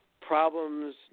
problems